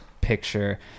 picture